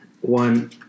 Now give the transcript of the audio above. one